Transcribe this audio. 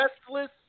restless